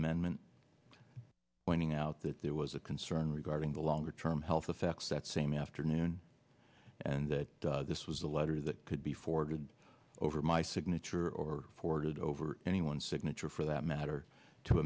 amendment pointing out that there was a concern regarding the longer term health effects that same afternoon and that this was a letter that could be forwarded over my signature or forwarded over any one signature for that